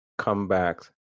Comebacks